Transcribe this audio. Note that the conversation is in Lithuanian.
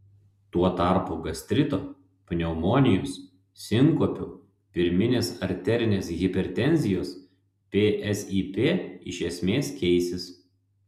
tuo tarpu gastrito pneumonijos sinkopių pirminės arterinės hipertenzijos psip iš esmės keisis